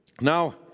Now